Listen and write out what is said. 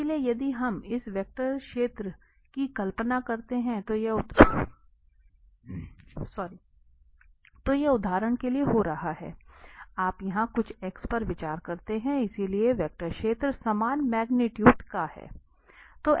इसलिए यदि हम इस वेक्टर क्षेत्र की कल्पना करते हैं तो यह उदाहरण के लिए हो रहा है आप यहां कुछ x पर विचार करते हैं इसलिए वेक्टर क्षेत्र समान मैग्नीट्यूट का है